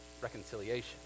reconciliation